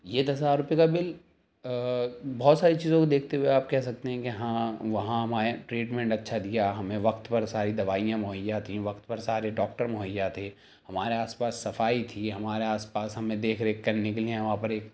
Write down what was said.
یہ دس ہزار روپیے کا بل بہت ساری چیزوں کو دیکھتے ہوئے آپ کہہ سکتے ہیں کہ ہاں وہاں ہم آئے ٹریٹمنٹ اچھا دیا ہمیں وقت پر ساری دوائیاں مہیا تھیں وقت پر سارے ڈاکٹر مہیا تھے ہمارے آس پاس صفائی تھی ہمارے آس پاس ہمیں دیکھ ریکھ کرنے کے لیے وہاں پر ایک